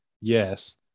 Yes